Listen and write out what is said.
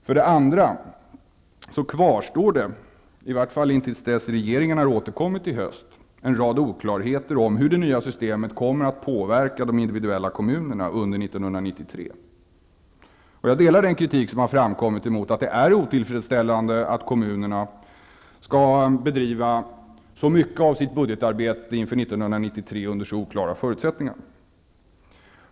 För det andra kvastår -- intill dess att regeringen återkommer i höst -- en rad oklarheter om hur det nya systemet kommer att påverka de enskilda kommunerna under 1993. Jag instämmer i kritiken som har framkommit att det är otillfredsställande att kommunerna skall bedriva så mycket av sitt budgetarbete inför 1993 under så oklara förutsättningar.